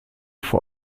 vor